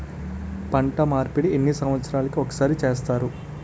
పంట మార్పిడి ఎన్ని సంవత్సరాలకి ఒక్కసారి చేస్తారు?